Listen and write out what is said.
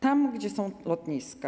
Tam, gdzie są lotniska.